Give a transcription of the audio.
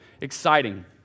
exciting